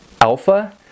Alpha